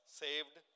saved